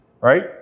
right